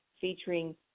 featuring